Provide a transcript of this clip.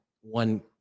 one